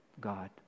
God